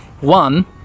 One